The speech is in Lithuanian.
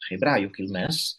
hebrajų kilmės